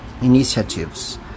Initiatives